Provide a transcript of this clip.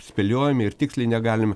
spėliojam ir tiksliai negalim